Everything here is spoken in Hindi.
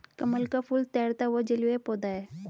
कमल का फूल तैरता हुआ जलीय पौधा है